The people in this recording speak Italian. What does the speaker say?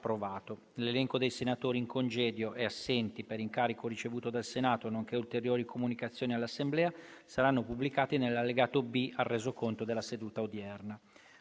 L'elenco dei senatori in congedo e assenti per incarico ricevuto dal Senato, nonché ulteriori comunicazioni all'Assemblea saranno pubblicati nell'allegato B al Resoconto della seduta odierna.